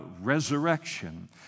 resurrection